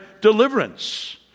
deliverance